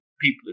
people